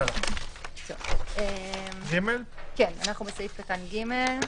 אנחנו בסעיף קטן (ג).